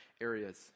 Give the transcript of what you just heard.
areas